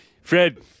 Fred